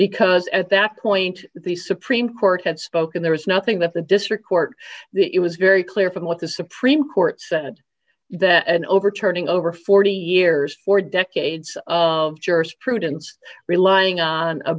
because at that point the supreme court had spoken there was nothing that the district court it was very clear from what the supreme court said that an overturning over forty years or decades of jurisprudence relying on